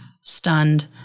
stunned